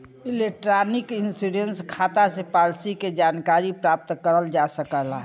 electronic insurance खाता से policy के जानकारी प्राप्त करल जा सकल जाला